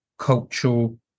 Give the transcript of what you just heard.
cultural